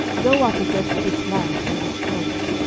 go up against this land, and destroy it.